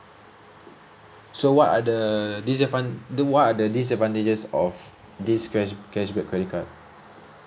so what are the disadvan~ the what are the disadvantages of this cash cashback credit card